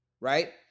Right